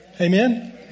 Amen